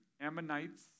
Ammonites